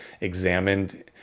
examined